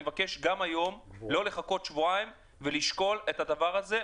אני מבקש גם היום לא לחכות שבועיים ולשקול את הדבר הזה,